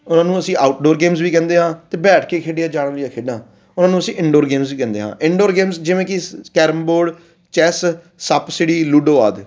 ਉਹਨਾਂ ਨੂੰ ਅਸੀਂ ਆਊਟਡੋਰ ਗੇਮਸ ਵੀ ਕਹਿੰਦੇ ਹਾਂ ਅਤੇ ਬੈਠ ਕੇ ਖੇਡੀਆਂ ਜਾਣ ਵਾਲੀਆਂ ਖੇਡਾਂ ਉਹਨਾਂ ਨੂੰ ਅਸੀਂ ਇੰਨਡੋਰਸ ਗੇਮਸ ਵੀ ਕਹਿੰਦੇ ਹਾਂ ਇੰਨਡੋਰ ਗੇਮ ਜਿਵੇਂ ਕਿ ਕੈਰਮ ਬੋਰਡ ਚੈਸ ਸੱਪ ਸਿਡੀ ਲੂਡੋ ਆਦਿ